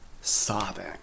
sobbing